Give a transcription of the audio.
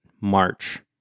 March